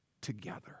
Together